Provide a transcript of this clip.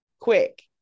quick